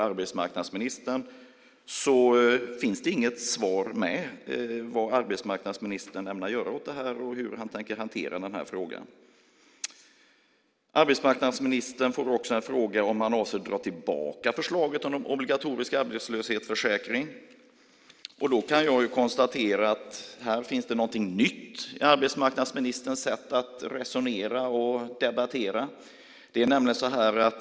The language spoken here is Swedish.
Det finns inget svar på vad arbetsmarknadsministern ämnar göra åt detta och hur han tänker hantera denna fråga. Arbetsmarknadsministern får också en fråga om han avser att dra tillbaka förslaget om en obligatorisk arbetslöshetsförsäkring, och då kan jag konstatera att här finns någonting nytt i arbetsmarknadsministerns sätt att resonera och debattera.